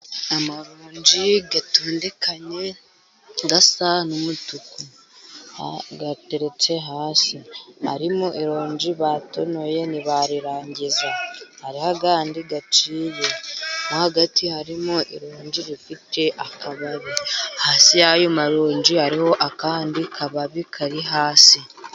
Amaronji atondekanye asa n'umutuku ateretse hasi , harimo ironji batonoye ntibarirangiza. Hari andi aciye . Mo hagati , harimo ironji rifite akababi . Hasi y'ayo maronji , hariho akandi kababi kari hasi .